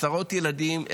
עשרות ילדים,